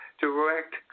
direct